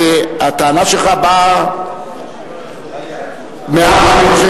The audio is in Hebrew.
אז הטענה שלך באה מהעם.